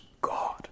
God